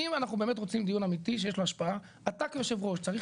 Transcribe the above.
אם אנחנו באמת רוצים דיון אמיתי שיש לו השפעה אתה כיו"ר צריך